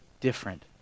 different